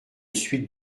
suite